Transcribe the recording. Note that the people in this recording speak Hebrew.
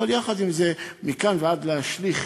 אבל יחד עם זה, מכאן ועד להשליך